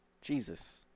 Jesus